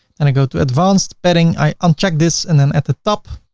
and i go to advanced padding, i uncheck this and then at the top,